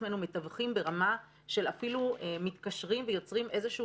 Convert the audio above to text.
עצמנו מתווכים ברמה של אפילו מתקשרים ויוצרים איזשהו